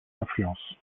influence